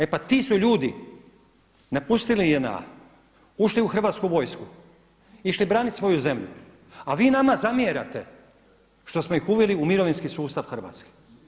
E pa ti su ljudi napustili JNA, ušli u Hrvatsku vojsku, išli branit svoju zemlju, a vi nama zamjerate što smo ih uveli u mirovinski sustav Hrvatske.